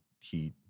heat